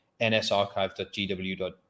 nsarchive.gw